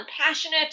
passionate